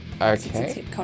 Okay